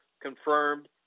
confirmed